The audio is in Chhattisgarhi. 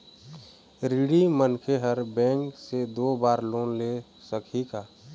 ऋणी मनखे हर बैंक से दो बार लोन ले सकही का?